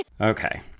Okay